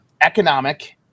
economic